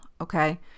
Okay